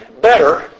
better